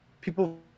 people